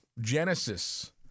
genesis